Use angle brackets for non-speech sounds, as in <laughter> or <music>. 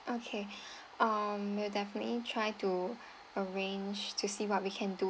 okay <breath> um we'll definitely try to arrange to see what we can do